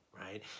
right